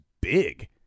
big